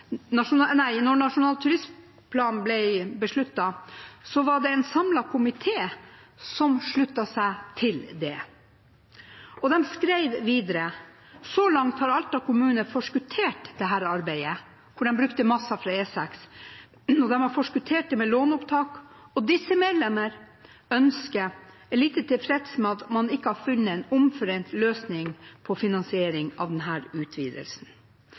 Nasjonal transportplan ble besluttet, var det en samlet komité som sluttet seg til det. Det skrives videre: «Så langt har Alta kommune forskuttert dette arbeidet» – for de brukte masser fra E6 –«med låneopptak, og disse medlemmer er lite tilfredse med at man ikke har funnet en omforent løsning på finansiering av denne utvidelsen.»